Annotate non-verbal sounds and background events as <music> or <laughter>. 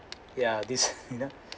yeah this you know <laughs>